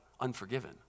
unforgiven